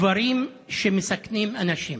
דברים שמסכנים אנשים".